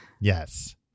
Yes